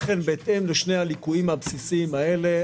וכמובן בכניסה ל-2022,